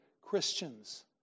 Christians